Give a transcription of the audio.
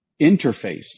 interface